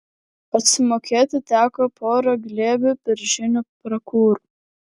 atsimokėti teko pora glėbių beržinių prakurų